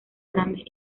grandes